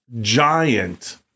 giant